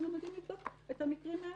אנחנו גם יודעים לבדוק את המקרים האלה.